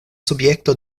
subjekto